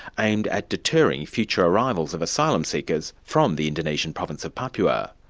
aimed at deterring future arrivals of asylum seekers from the indonesian province of papua.